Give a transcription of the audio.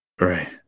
Right